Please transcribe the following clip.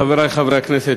חברי חברי הכנסת,